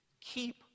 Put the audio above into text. keep